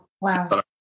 Wow